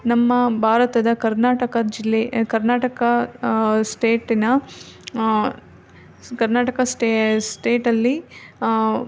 ನಮ್ಮ ಭಾರತದ ಕರ್ನಾಟಕ ಜಿಲ್ಲೆ ಕರ್ನಾಟಕ ಸ್ಟೇಟಿನ ಸ್ ಕರ್ನಾಟಕ ಸ್ಟೇ ಸ್ಟೇಟಲ್ಲಿ